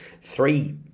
Three